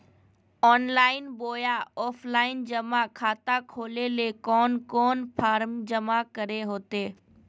Online बोया offline जमा खाता खोले ले कोन कोन फॉर्म जमा करे होते?